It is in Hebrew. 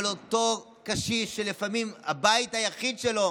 אבל אותו קשיש, שלפעמים הבית היחיד שלו